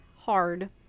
hard